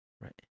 Right